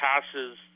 passes